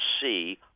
see